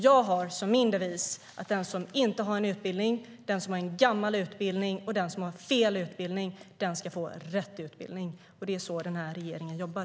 Jag har som min devis att den som inte har en utbildning, den som har en gammal utbildning och den som har fel utbildning ska få rätt utbildning. Det är så den här regeringen jobbar.